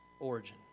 Origin